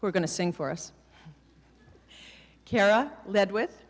who are going to sing for us kara ledwith